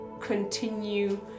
continue